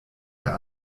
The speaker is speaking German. der